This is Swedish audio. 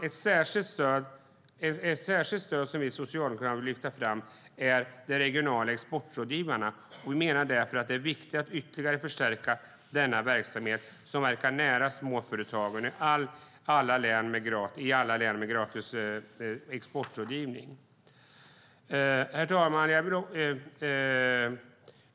Ett särskilt stöd som vi socialdemokrater vill lyfta fram är de regionala exportrådgivarna. Vi menar att det är viktigt att ytterligare förstärka denna verksamhet som verkar nära småföretagare i samtliga län med gratis exportrådgivning.